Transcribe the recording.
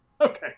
Okay